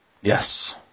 Yes